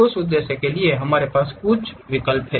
उस उद्देश्य के लिए हमारे पास कुछ विकल्प हैं